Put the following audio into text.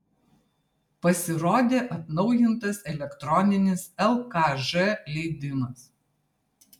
pasirodė atnaujintas elektroninis lkž leidimas